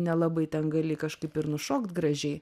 nelabai ten gali kažkaip ir nušokt gražiai